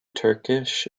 turkish